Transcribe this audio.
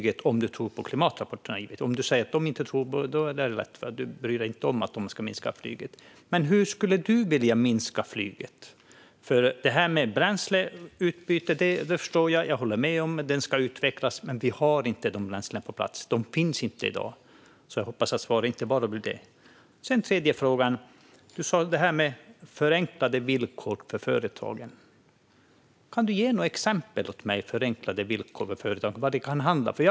Om du tror på klimatrapporterna, Camilla, hur ska vi minska på flyget? Om du inte tror på dem är det lätt, för då bryr du dig inte om att minska på flyget. Hur vill du minska på flyget? Jag förstår detta med bränsleutbyte, och jag håller med om att det ska utvecklas. Men vi har inte dessa bränslen på plats; de finns inte i dag. Jag hoppas därför att svaret inte bara blir det. Så till min tredje fråga. Du talade om förenklade villkor för företagen, Camilla. Kan du ge några exempel på vad det kan handla om?